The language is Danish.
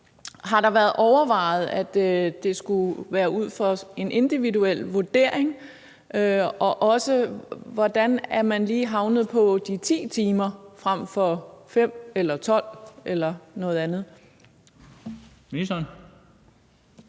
Har det været overvejet, at det skulle være ud fra en individuel vurdering? Og hvordan er man lige havnet på de 10 timer frem for 5 eller 12 timer eller noget andet?